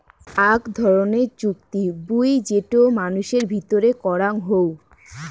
আক ধরণের চুক্তি বুই যেটো মানুষের ভিতরে করাং হউ